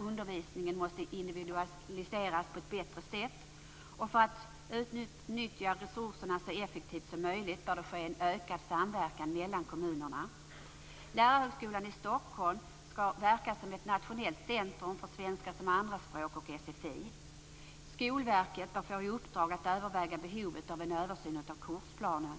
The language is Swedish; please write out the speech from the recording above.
Undervisningen måste individualiseras på ett bättre sätt, och för att resurserna skall utnyttjas så effektivt som möjligt bör det ske en ökad samverkan mellan kommunerna. Lärarhögskolan i Stockholm skall verka som ett nationellt centrum för svenska som andra språk och sfi. Skolverket bör få i uppdrag att överväga behovet av en översyn av kursplanen.